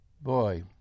Boy